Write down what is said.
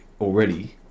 already